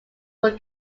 were